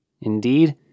Indeed